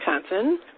Wisconsin